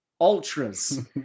Ultras